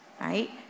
right